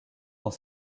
dans